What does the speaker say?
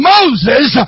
Moses